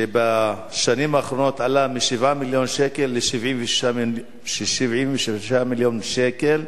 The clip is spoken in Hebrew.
שבשנים האחרונות עלות האבטחה עלתה מ-7 מיליון שקל ל-76 מיליון שקל.